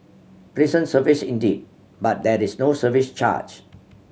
pleasant service indeed but there is no service charge